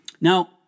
Now